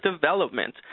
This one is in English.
development